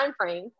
timeframe